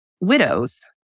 widows